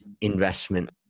investment